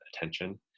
attention